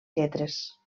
lletres